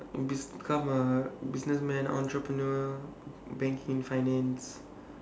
bus~ become a businessman entrepreneur banking finance